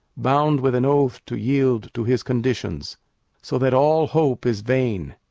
bound with an oath to yield to his conditions so that all hope is vain,